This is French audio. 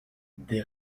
des